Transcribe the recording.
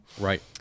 right